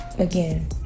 Again